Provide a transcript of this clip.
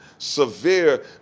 Severe